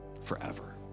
forever